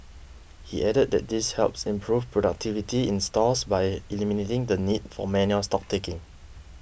he added that this helps improve productivity in stores by eliminating the need for manual stock taking